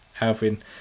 Alvin